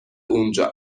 اونجا